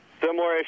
similar